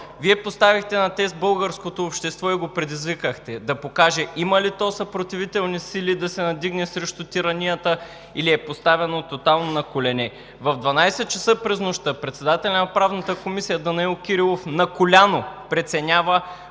Вие поставихте на тест българското общество и го предизвикахте да покаже има ли то съпротивителни сили да се надигне срещу тиранията, или е поставено тотално на колене. В 00,00 ч. през нощта председателят на Правната комисия Данаил Кирилов на коляно преценява